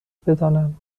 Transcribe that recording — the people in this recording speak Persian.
بدانم